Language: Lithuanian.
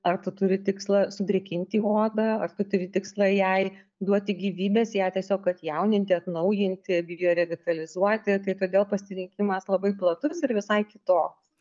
ar tu turi tikslą sudrėkinti odą ar tu turi tikslą jai duoti gyvybės ją tiesiog atjauninti atnaujinti biorevitalizuoti kai todėl pasirinkimas labai platus ir visai kitoks